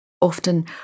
Often